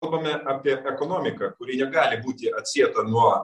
kalbame apie ekonomiką kuri negali būti atsieta nuo